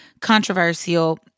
controversial